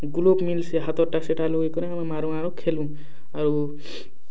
ସେ ଗ୍ଲୋଭ୍ ମିଲ୍ସି ହାତର୍ ଟା ସେଟା ଲଗେଇକରି ଆମେ ମାରୁଁ ଆର୍ ଖେଲୁଁ ଆରୁ